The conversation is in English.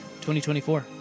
2024